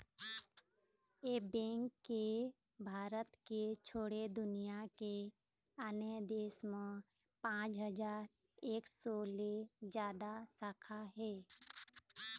ए bank के भारत के छोड़े दुनिया के आने देश म पाँच हजार एक सौ ले जादा शाखा हे